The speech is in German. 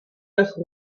nach